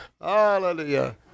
Hallelujah